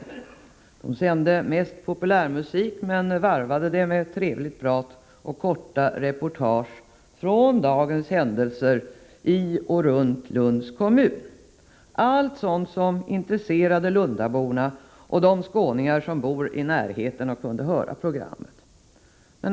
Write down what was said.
Radio P4 sände mest populärmusik men varvade musiken med trevligt prat och korta reportage från dagens händelser i och runt Lunds kommun, allt sådant som intresserade Lundaborna och de skåningar som bor i närheten av Lund och kunde höra programmet.